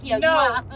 No